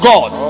God